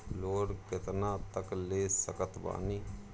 Loan कितना तक ले सकत बानी?